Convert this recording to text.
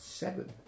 Seven